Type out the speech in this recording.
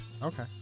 Okay